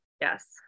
Yes